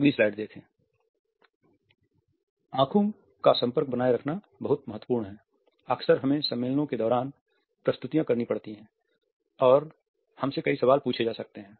आँखों का संपर्क बनाए रखना बहुत महत्वपूर्ण है अक्सर हमें सम्मेलनों के दौरान प्रस्तुतियाँ करनी पड़ती हैं और हमसे कई सवाल पूछे जा सकते हैं